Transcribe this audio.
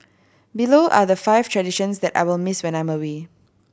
below are the five traditions that I will miss when I'm away